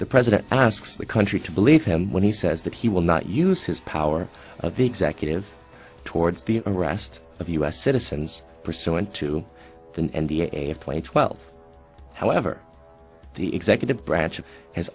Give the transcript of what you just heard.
the president asks the country to believe him when he says that he will not use his power of executive towards the arrest of u s citizens pursuant to an end the airplane twelve however the executive branch has